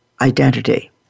identity